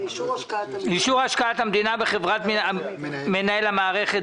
לאישור השקעת המדינה בחברת מנהל המערכת